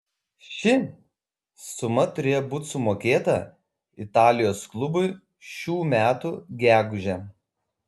ši suma turėjo būti sumokėta italijos klubui šių metų gegužę